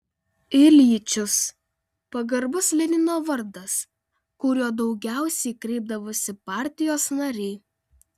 iljičius pagarbus lenino vardas kuriuo daugiausiai kreipdavosi partijos nariai